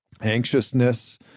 anxiousness